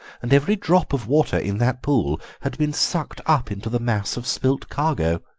and every drop of water in that pool had been sucked up into the mass of spilt cargo.